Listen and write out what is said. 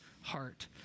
heart